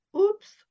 Oops